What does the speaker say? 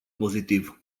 pozitiv